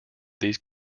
these